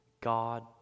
God